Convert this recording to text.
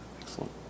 Excellent